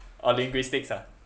oh linguistics ah